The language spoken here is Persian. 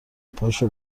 پاشو